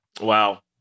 Wow